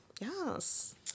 Yes